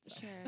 Sure